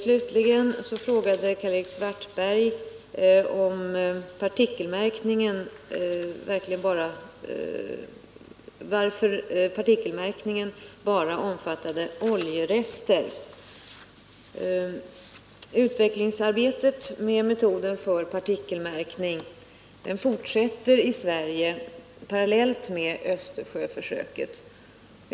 Slutligen frågade Karl-Erik Svartberg varför partikelmärkningen bara omfattade oljerester. Utvecklingsarbetet när det gäller metoder för partikelmärkning fortsätter i Sverige parallellt med Östersjöförsöket.